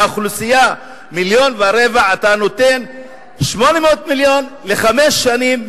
לאוכלוסייה של מיליון ורבע אתה נותן 800 מיליון לחמש שנים,